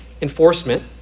enforcement